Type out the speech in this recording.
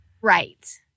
right